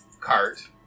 cart